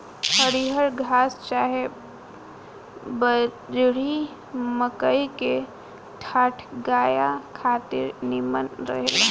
हरिहर घास चाहे बजड़ी, मकई के डांठ गाया खातिर निमन रहेला